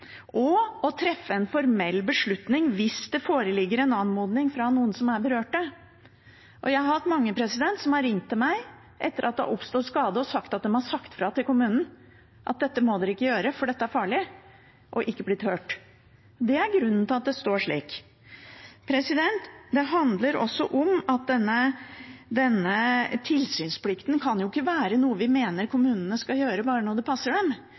og å treffe en formell beslutning hvis det foreligger en anmodning fra noen som er berørt. Det er mange som har ringt til meg etter at det har oppstått skade, og sagt at de har sagt fra til kommunen at dette må dere ikke gjøre, for dette er farlig – og ikke blitt hørt. Det er grunnen til at det står slik. Det handler også om at denne tilsynsplikten ikke kan være noe vi mener kommunene skal følge opp bare når det passer dem.